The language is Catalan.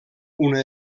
una